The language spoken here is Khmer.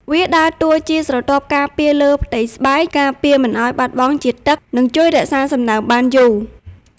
វាដើរតួជាស្រទាប់ការពារលើផ្ទៃស្បែក ការពារមិនឱ្យបាត់បង់ជាតិទឹក និងជួយរក្សាសំណើមបានយូរ។